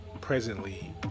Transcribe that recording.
presently